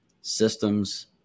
systems